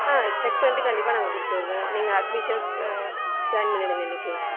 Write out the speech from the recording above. ஆ check பண்ணிவிட்டு கண்டிப்பாக நாங்கள் கொடுத்துறோம் நீங்கள் அட்மிஷன்ஸ் ஜாயின்ட் பண்ணிவிடுங்க இன்றைக்கு